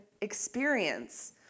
experience